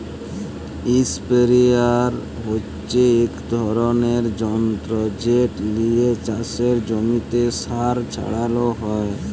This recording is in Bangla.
ইসপেরেয়ার হচ্যে এক ধরলের যন্তর যেট লিয়ে চাসের জমিতে সার ছড়ালো হয়